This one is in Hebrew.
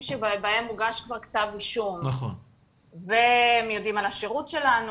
שבהם הוגש כבר כתב אישום והם יודעים על השירות שלנו